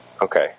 Okay